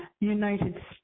United